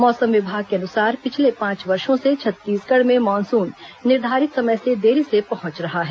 मौसम विभाग के अनुसार पिछले पांच वर्षो से छत्तीसगढ़ में मानसून निर्धारित समय से देरी से पहुंच रहा है